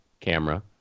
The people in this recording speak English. camera